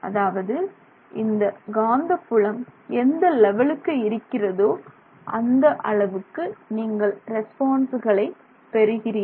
அதாவது இந்த காந்தப்புலம் எந்த லெவலுக்கு இருக்கிறதோ அந்த அளவுக்கு நீங்கள் ரெஸ்பான்சுகளை பெறுகிறீர்கள்